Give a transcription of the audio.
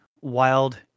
wild